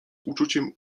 uczuciem